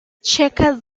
checkers